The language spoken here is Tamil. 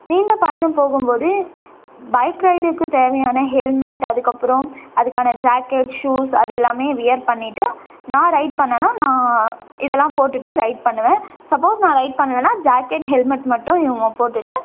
நீண்ட பயணம் போகும் போது பைக் ரைடுக்கு தேவையான ஹெல்மெட் அதுக்கப்புறம் அதுக்கான ஜாக்கெட்ஸ் ஷூஸ் அது எல்லாமே வியர் பண்ணிகிட்டு நான் ரைட் பண்ணன்னால் நான் இதெல்லாம் போட்டுட்டு ரைட் பண்ணுவேன் சப்போஸ் நான் ரைட் பண்ணலைன்னா ஜாக்கெட் ஹெல்மெட் மட்டும் மு போட்டுகிட்டு